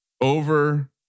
over